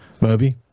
Moby